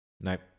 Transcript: nope